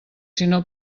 sinó